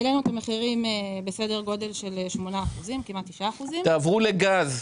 העלינו את המחירים בכ-8% וכמעט 9% --- תעבור לגז.